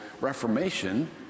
reformation